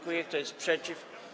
Kto jest przeciw?